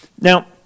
Now